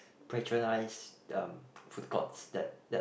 patronize um food courts that that